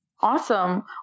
Awesome